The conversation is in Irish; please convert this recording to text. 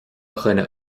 dhuine